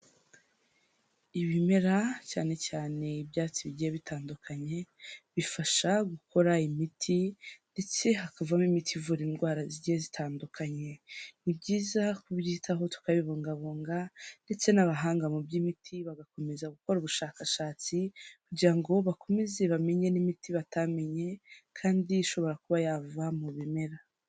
Ibimera cyane cyane ibyatsi bigiye bitandukanye, bifasha gukora imiti ndetse hakavamo imiti ivura indwara zigiye zitandukanye, ni byiza kubyitaho tukabibungabunga ndetse n'abahanga mu by'imiti bagakomeza gukora ubushakashatsi, kugira ngo bakomeze bamenye n'imiti batamenye, kandi ishobora kuba yava mu bimera.